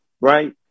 right